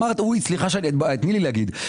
אמרת, אוי, סליחה ש תני לי להגיד.